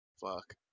Fuck